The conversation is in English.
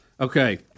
Okay